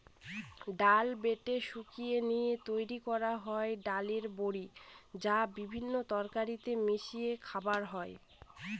ডাল বেটে শুকিয়ে নিয়ে তৈরি করা হয় ডালের বড়ি, যা বিভিন্ন তরকারিতে মিশিয়ে খাওয়া হয়